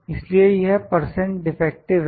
इसलिए यह percent defective है